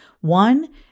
One